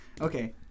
Okay